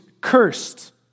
cursed